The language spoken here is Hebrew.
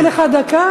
הוספתי לך דקה,